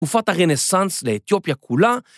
תקופת הרנסאנס לאתיופיה כולה.